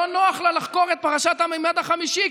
לא נוח לה לחקור את פרשת הממד החמישי,